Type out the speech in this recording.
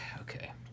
okay